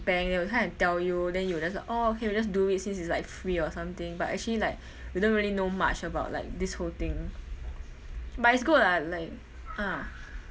bank they will kind of tell you then you will just oh okay we just do it since it's like free or something but actually like you don't really know much about like this whole thing but it's good lah like ah